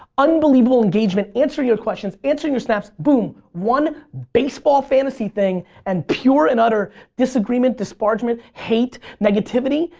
unbelievable engagement, answering your questions, answering your snaps. boom, one baseball fantasy thing and pure and utter disagreement, disparagement, hate, negativity,